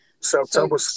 September